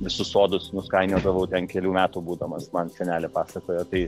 visus sodus nuskainiodavau ten kelių metų būdamas man senelė pasakojo tai